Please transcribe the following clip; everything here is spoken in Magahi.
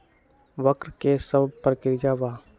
वक्र कि शव प्रकिया वा?